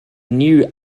new